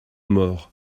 mort